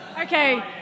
Okay